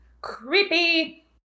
Creepy